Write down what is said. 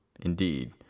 Indeed